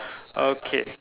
okay